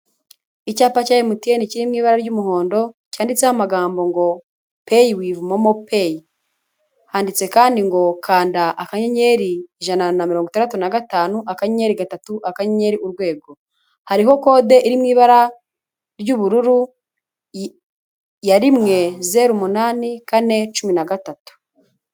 Icyapa cya MTN kiri mu ibara ry'umuhondo cyanditseho amagambo ngo peyi wivi Momo peyi, handitse kandi ngo kanda akanyenyeri ijana na mirongo itandatu na gatanu akanyenyeri gatatu akanyenyeri urwego, hariho kode iri mu ibara ry'ubururu yari rimwe zeru umunani, kane cumi na gatatu.